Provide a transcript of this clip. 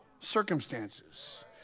circumstances